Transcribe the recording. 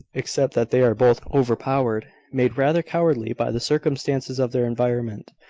except that they are both overpowered made rather cowardly by the circumstances of their environment.